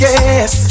Yes